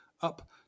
up